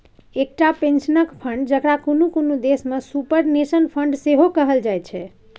एकटा पेंशनक फंड, जकरा कुनु कुनु देश में सुपरनेशन फंड सेहो कहल जाइत छै